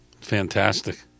Fantastic